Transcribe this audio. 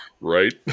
Right